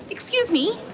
excuse me.